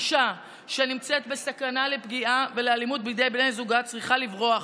אישה שנמצאת בסכנת פגיעה ואלימות בידי בן זוגה צריכה לברוח,